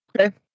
Okay